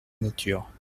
nature